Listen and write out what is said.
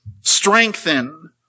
strengthen